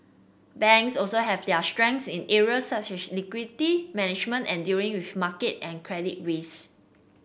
banks also have their strengths in areas such as liquidity management and dealing with market and credit risk